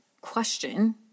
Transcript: question